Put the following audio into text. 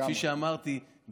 כפי שאמרתי,